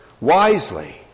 wisely